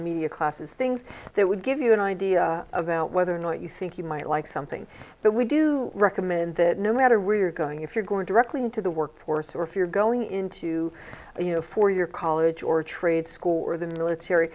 media classes things that would give you an idea of whether or not you think you might like something but we do recommend that no matter where you're going if you're going directly into the workforce or if you're going into a you know four year college or a trade school or the military